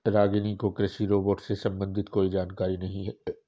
रागिनी को कृषि रोबोट से संबंधित कोई जानकारी नहीं है